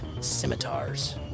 scimitars